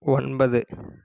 ஒன்பது